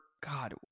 God